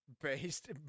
Based